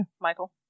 Michael